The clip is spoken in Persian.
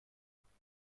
برداشت